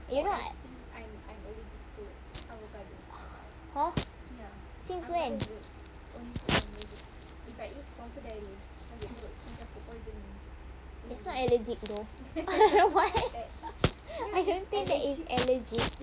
!huh! since when that's not allergic though I don't think that's allergic